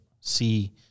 see